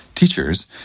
Teachers